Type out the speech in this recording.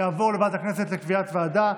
זה יעבור לוועדת הכנסת לקביעת ועדה.